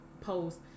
post